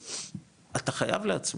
אתה חייב להצמיד,